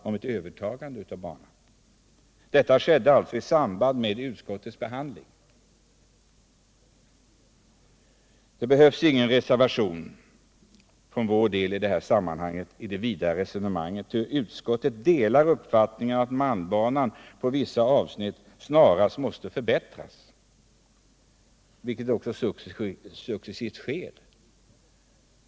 De förhandlingarna pågick just när utskottet behandlade denna fråga. Där behövs dock för vår del inget vidare resonemang, eftersom utskottet delar uppfattningen att malmbanan måste förbättras på vissa avsnitt. Så sker också successivt.